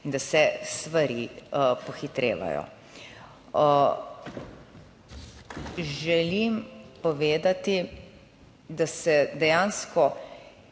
in da se stvari pohitrevajo. Želim povedati, da se dejansko